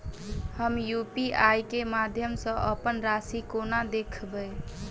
हम यु.पी.आई केँ माध्यम सँ अप्पन राशि कोना देखबै?